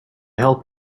help